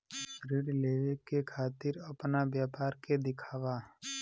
ऋण लेवे के खातिर अपना व्यापार के दिखावा?